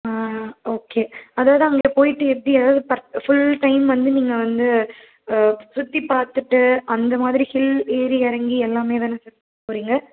ஆ ஆ ஓகே அதாவது அங்கே போயிட்டு எப்படி எதாவது பர்ப ஃபுல் டைம் வந்து நீங்கள் வந்து சுற்றி பார்த்துட்டு அந்த மாதிரி ஹில் ஏறி இறங்கி எல்லாம் தானே சார் போகறீங்க